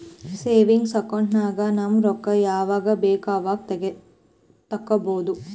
savings account ನಾಗ್ ನಮ್ ರೊಕ್ಕಾ ಯಾವಾಗ ಬೇಕ್ ಅವಾಗ ತೆಕ್ಕೋಬಹುದು